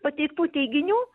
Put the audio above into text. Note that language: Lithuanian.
pateiktų teiginių